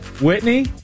Whitney